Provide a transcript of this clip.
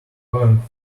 going